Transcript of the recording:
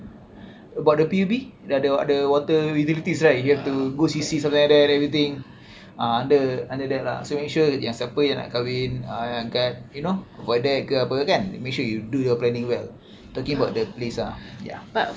about the P_U_B ada ada water utilities right you have to go C_C something like that and everything uh under under that lah so make sure yang siapa yang nak kahwin uh kat you know void deck ke apa kan make sure you do your planning well I'm talking about the place ah ya